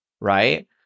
Right